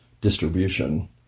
distribution